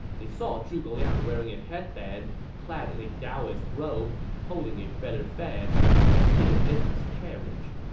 they saw zhuge liang wearing a head band, clad in a daoist robe, holding a feather fan, and seated in his carriage